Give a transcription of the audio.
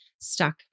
stuck